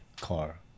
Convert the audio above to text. car